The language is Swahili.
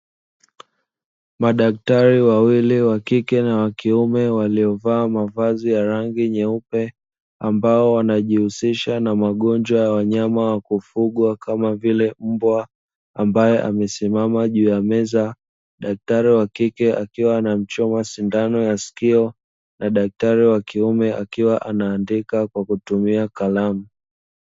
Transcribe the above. Madaktari wawili wa kike na wa kiume waliovaa mavazi ya rangi nyeupe ambao wanajihusisha na magonjwa ya wanyama wakufugwa kama vile mbwa ambaye amesimama juu ya meza. Daktari wa kike akiwa anamchoma sindano ya sikio na daktari wa kiume akiwa anaandika kwa kutumia kalamu.